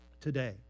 today